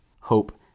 hope